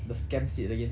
the scam seed again